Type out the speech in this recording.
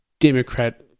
Democrat